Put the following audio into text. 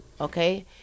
okay